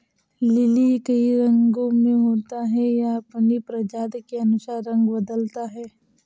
lily कई रंगो में होता है, यह अपनी प्रजाति के अनुसार रंग बदलता है